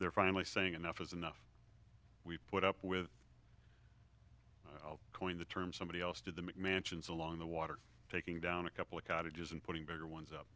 they're finally saying enough is enough we put up with coin the term somebody else did the mcmansion along the water taking down a couple of cottages and putting bigger ones up